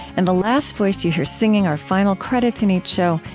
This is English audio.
and the last voice you hear, singing our final credits in each show,